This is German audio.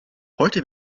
heute